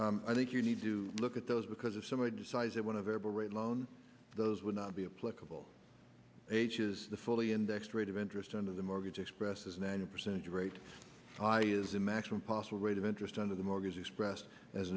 and i think you need to look at those because if somebody decides that when a variable rate loan those would not be a political age is the fully indexed rate of interest under the mortgage express is nine percentage rate high is the maximum possible rate of interest under the mortgage expressed as